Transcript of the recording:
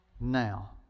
now